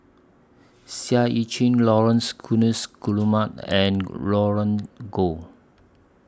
Seah EU Chin Laurence Guillemard and Roland Goh